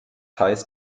heißt